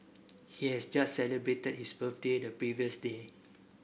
he has just celebrated his birthday the previous day